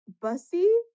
Bussy